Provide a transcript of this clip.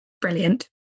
brilliant